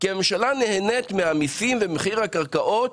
כי הממשלה נהנית מהמיסים ומחיר הקרקעות